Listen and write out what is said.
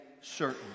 certain